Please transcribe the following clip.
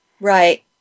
Right